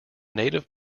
native